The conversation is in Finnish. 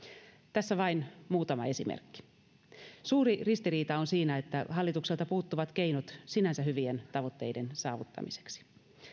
tässä vain muutama esimerkki suuri ristiriita on siinä että hallitukselta puuttuvat keinot sinänsä hyvien tavoitteiden saavuttamiseksi